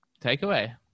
takeaway